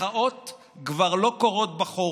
מחאות כבר לא קורות בחורף,